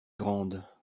grandes